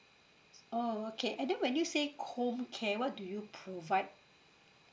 oh okay and then when you say home care what do you provide